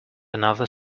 another